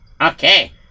Okay